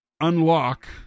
unlock